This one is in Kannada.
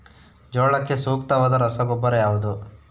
ಜೋಳಕ್ಕೆ ಸೂಕ್ತವಾದ ರಸಗೊಬ್ಬರ ಯಾವುದು?